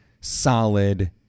solid